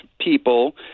people